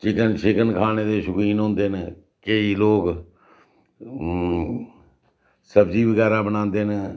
chicken शिकन खाने दे शौकीन हुंदे न केईं लोक सब्ज़ी बगैरा बनांदे न